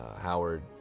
Howard